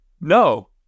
No